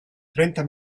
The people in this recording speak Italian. trenta